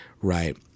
Right